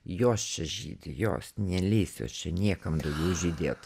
jos čia žydi jos neleis jos čia niekam daugiau žydėt